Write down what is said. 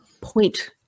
point